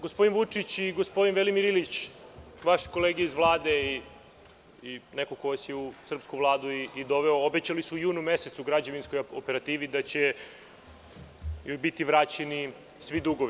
Gospodin Vučić i gospodin Velimir Ilić, vaše kolege iz Vlade i neko ko vas je u srpsku vladu i doveo, obećali su u junu mesecu građevinskoj operativi da će joj biti vraćeni svi dugovi.